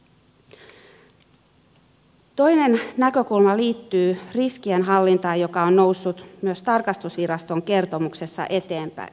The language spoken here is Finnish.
toinen näkökulma liittyy riskienhallintaan joka on noussut myös tarkastusviraston kertomuksessa eteen